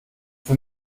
für